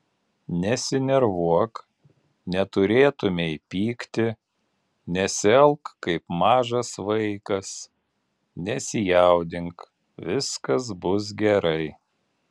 nesinervuok neturėtumei pykti nesielk kaip mažas vaikas nesijaudink viskas bus gerai